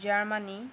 Germany